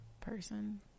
person